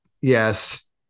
yes